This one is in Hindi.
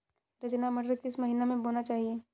रचना मटर किस महीना में बोना चाहिए?